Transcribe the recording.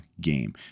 Game